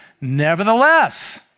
Nevertheless